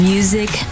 Music